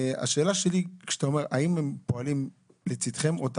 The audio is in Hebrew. השאלה שלי היא האם הם פועלים לצידכם או תחתיכם.